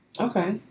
okay